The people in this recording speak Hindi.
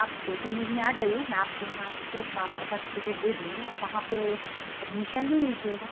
आप दो तीन दिन में आ जाइए मैं आपको वहाँ से ट्रांसफर सर्टिफिकेट दे दूँगी आप वहाँ पर एडमिशन ले लीजिएगा